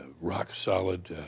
rock-solid